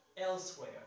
elsewhere